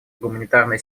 гуманитарная